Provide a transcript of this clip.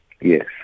Yes